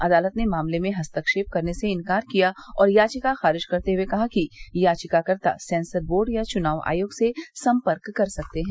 अदालत ने मामले में हस्तक्षेप करने से इनकार किया और याचिका खारिज करते हुए कहा कि याचिकाकर्ता सेंसर बोर्ड या चुनाव आयोग से संपर्क कर सकते है